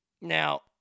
Now